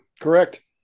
Correct